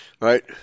right